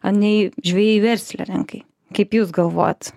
nei žvejai verslininkai kaip jūs galvojat